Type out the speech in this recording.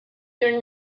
you